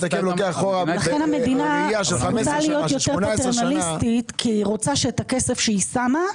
לכן המדינה זכותה להיות יותר פטרנליסטית כי היא רוצה שהכסף שהיא שמה,